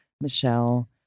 Michelle